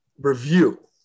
review